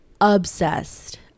obsessed